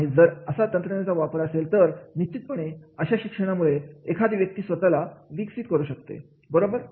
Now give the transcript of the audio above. आणि जर असा तंत्रज्ञानाचा वापर असेल तर निश्चितपणे अशा शिक्षणामुळे एखादी व्यक्ती स्वतःला विकसित करू शकते बरोबर